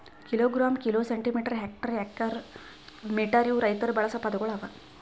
kilogram, kilo, centimetre, hectare, acre, metre ಇವು ರೈತುರ್ ಬಳಸ ಪದಗೊಳ್ ಅವಾ